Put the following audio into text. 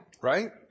Right